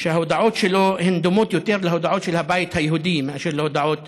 שההודעות שלו דומות יותר להודעות של הבית היהודי מאשר להודעות